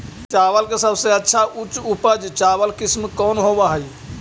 चावल के सबसे अच्छा उच्च उपज चावल किस्म कौन होव हई?